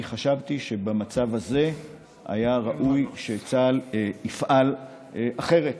אני חשבתי שבמצב הזה היה ראוי שצה"ל יפעל אחרת.